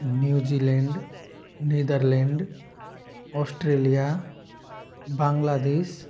New Zealand Netherlands Australia Bangladesh